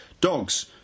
Dogs